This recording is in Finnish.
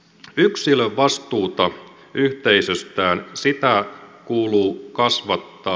yksilön vastuuta yhteisöstään kuuluu kasvattaa